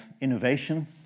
innovation